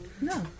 No